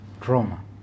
trauma